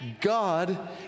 God